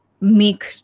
make